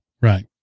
Right